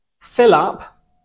fill-up